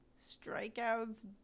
strikeouts